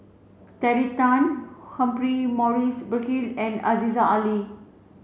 Terry Tan Humphrey Morrison Burkill and Aziza Ali